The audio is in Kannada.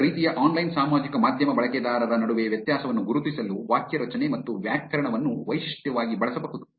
ವಿವಿಧ ರೀತಿಯ ಆನ್ಲೈನ್ ಸಾಮಾಜಿಕ ಮಾಧ್ಯಮ ಬಳಕೆದಾರರ ನಡುವೆ ವ್ಯತ್ಯಾಸವನ್ನು ಗುರುತಿಸಲು ವಾಕ್ಯ ರಚನೆ ಮತ್ತು ವ್ಯಾಕರಣವನ್ನು ವೈಶಿಷ್ಟ್ಯವಾಗಿ ಬಳಸಬಹುದು